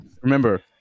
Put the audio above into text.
remember